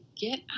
Get